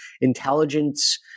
Intelligence